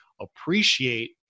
appreciate